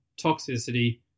Toxicity